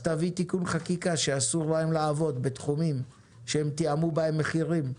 אז תביאי תיקון חקיקה שאסור להם לעבוד בתחומים שהם תיאמו בהם מחירים,